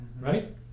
Right